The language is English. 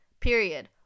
period